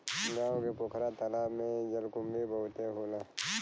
गांव के पोखरा तालाब में जलकुंभी बहुते होला